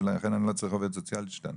ולכן אני לא צריך עובדת סוציאלית שתענה.